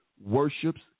worships